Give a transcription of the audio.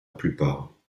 plupart